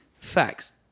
facts